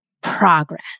progress